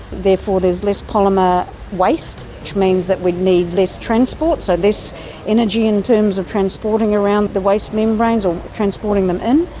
therefore there's less polymer waste which means that we'd need less transport, so less energy in terms of transporting around the waste membranes or transporting them in.